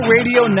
Radio